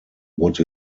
what